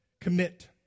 Commit